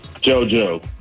Jojo